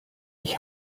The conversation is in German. ich